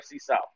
South